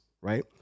right